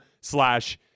slash